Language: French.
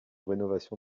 rénovation